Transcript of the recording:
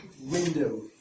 window